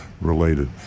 related